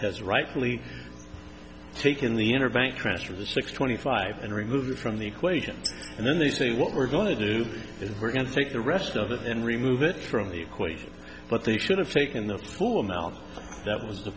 has rightly taken the intervention of the six twenty five and removed from the equation and then they say what we're going to do is we're going to take the rest of it and remove it from the equation but they should have taken the full amount that was